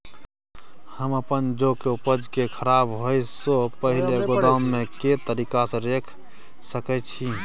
हम अपन जौ के उपज के खराब होय सो पहिले गोदाम में के तरीका से रैख सके छी?